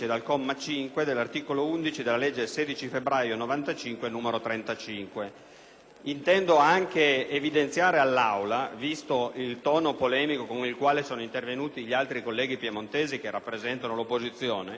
Intendo anche evidenziare all'Aula, visto il tono polemico con il quale sono intervenuti gli altri colleghi piemontesi che rappresentano l'opposizione, che in questo particolare settore, fino a quando il collega